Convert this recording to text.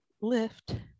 Lift